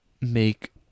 make